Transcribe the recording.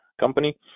company